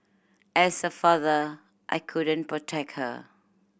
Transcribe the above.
as a father I couldn't protect her